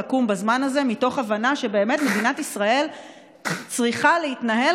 מתוך הבנה שבאמת מדינת ישראל צריכה להתנהל